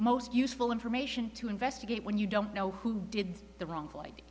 most useful information to investigate when you don't know who did the wrong